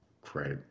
Great